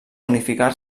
unificar